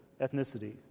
ethnicity